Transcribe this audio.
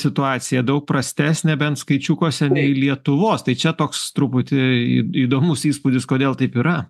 situacija daug prastesnė bent skaičiukuose nei lietuvos tai čia toks truputį į įdomus įspūdis kodėl taip yra